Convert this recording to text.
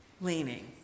leaning